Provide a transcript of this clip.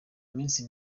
minsi